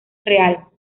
real